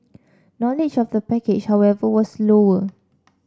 knowledge of the package however was lower